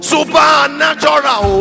Supernatural